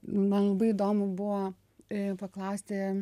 man labai įdomu buvo e paklausti